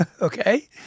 Okay